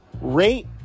rate